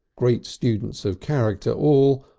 great students of character all,